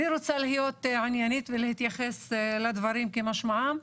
אני רוצה להיות עניינית ולהתייחס לדברים כמשמעם,